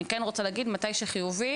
אני כן רוצה להגיד מתי שחיובי,